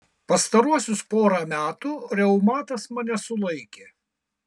pastaruosius porą metų reumatas mane sulaikė